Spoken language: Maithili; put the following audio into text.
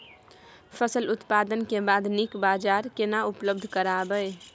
फसल उत्पादन के बाद नीक बाजार केना उपलब्ध कराबै?